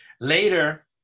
Later